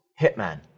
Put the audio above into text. Hitman